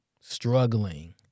struggling